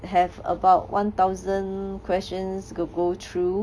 have about one thousand questions to go through